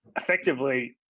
effectively